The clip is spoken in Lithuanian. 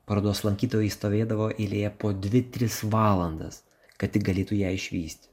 parodos lankytojai stovėdavo eilėje po dvi tris valandas kad tik galėtų ją išvysti